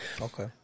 Okay